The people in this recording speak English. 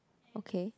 okay